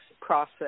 process